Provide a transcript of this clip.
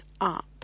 up